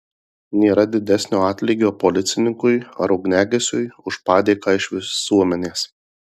nėra didesnio atlygio policininkui ar ugniagesiui už padėką iš visuomenės